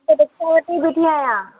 हिते रिक्षा वटि ई बीठी आहियां